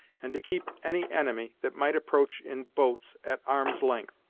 and to keep any enemy that might approach in boats at arm's length.